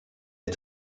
est